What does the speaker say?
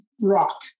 rock